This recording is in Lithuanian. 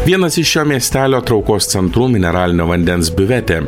vienas iš šio miestelio traukos centrų mineralinio vandens biuvetė